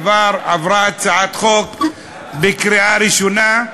עברה הצעת חוק בקריאה ראשונה.